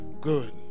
Good